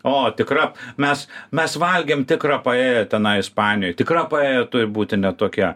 o tikra mes mes valgėm tikrą paeją tenai ispanijoj tikra paeja turi būti ne tokia